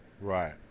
right